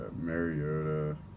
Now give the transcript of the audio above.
Mariota